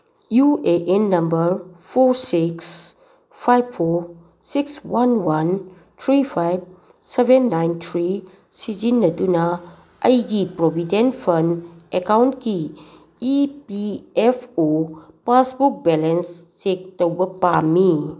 U A N number four six five four six one one three five seven nine three ꯁꯤꯖꯤꯟꯅꯗꯨꯅ ꯑꯩꯒꯤ provident fund ꯑꯦꯀꯥꯎꯟꯀꯤ E P F O passbook balance check ꯇꯧꯕ ꯄꯥꯝꯃꯤ